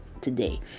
today